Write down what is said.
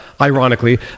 ironically